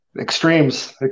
Extremes